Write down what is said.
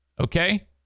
Okay